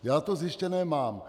Já to zjištěné mám.